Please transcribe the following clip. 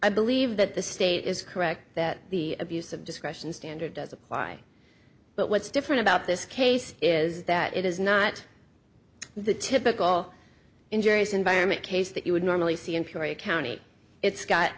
i believe that the state is correct that the abuse of discretion standard does apply but what's different about this case is that it is not the typical injurious environment case that you would normally see in peoria county it's got